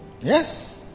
yes